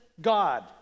God